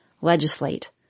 legislate